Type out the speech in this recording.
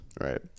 Right